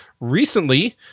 recently